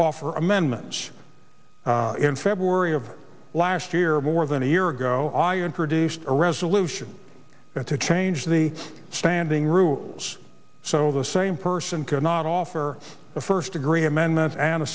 offer amendments in february of last year more than a year ago i introduced a resolution to change the standing rules so the same person cannot offer a first degree amendments and